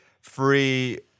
free